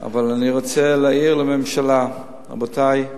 אבל אני רוצה להעיר לממשלה: רבותי,